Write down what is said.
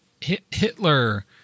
Hitler